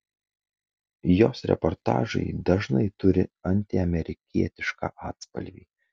jos reportažai dažnai turi antiamerikietišką atspalvį